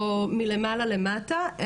או מלמעלה למטה,